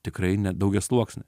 tikrai ne daugiasluoksnė